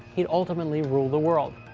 he'd ultimately rule the world,